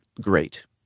Great